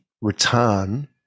return